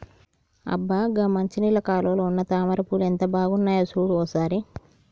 అబ్బ గా మంచినీళ్ళ కాలువలో ఉన్న తామర పూలు ఎంత బాగున్నాయో సూడు ఓ సారి